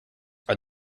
are